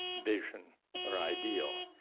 vision or ideal?